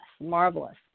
marvelous